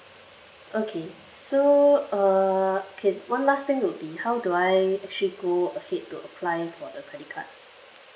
okay so uh okay one last thing would be how do I actually go ahead to apply for the credit cards